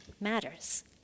matters